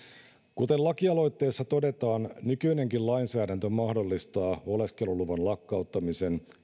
kuten lakialoitteessa todetaan nykyinenkin lainsäädäntö mahdollistaa oleskeluluvan lakkauttamisen